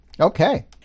Okay